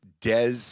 Des